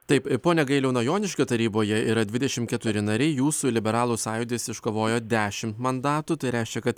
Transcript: taip pone gailiau na joniškio taryboje yra dvidešimt keturi nariai jūsų liberalų sąjūdis iškovojo dešimt mandatų tai reiškia kad